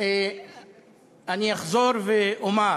אני מבקשת לסיים.